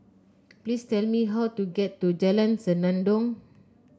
please tell me how to get to Jalan Senandong